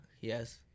yes